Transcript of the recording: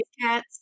cats